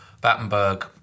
Battenberg